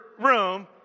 room